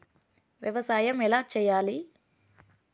వ్యవసాయం ఎలా చేయాలి?